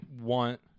want